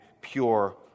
pure